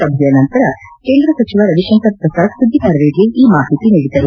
ಸಭೆಯ ನಂತರ ಕೇಂದ್ರ ಸಚಿವ ರವಿಶಂಕರ್ ಪ್ರಸಾದ್ ಸುದ್ಲಿಗಾರರಿಗೆ ಈ ಮಾಹಿತಿ ನೀಡಿದರು